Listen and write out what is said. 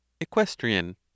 Equestrian